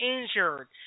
injured